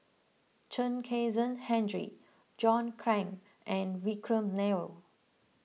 Chen Kezhan Henri John Clang and Vikram Nair